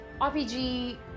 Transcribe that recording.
RPG